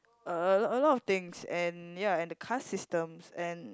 uh a lot of things and ya and the car systems and